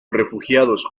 refugiados